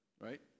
Right